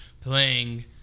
playing